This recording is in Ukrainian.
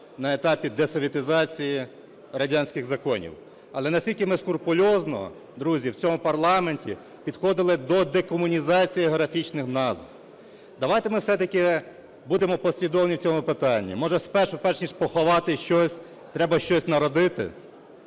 на етапі десоветизації радянських законів. Але наскільки ми скрупульозно, друзі, в цьому парламенті підходили до декомунізації географічних назв. Давайте ми все-таки будемо послідовні в цьому питанні. Може спершу, перш ніж поховати щось, треба щось народити.